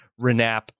RENAP